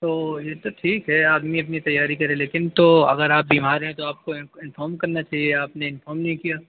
تو یہ تو ٹھیک ہے آدمی اپنی تیاری کرے لیکن تو اگر آپ بیمار ہیں تو آپ کو انفام کرنا چاہیے آپ نے انفام نہیں کیا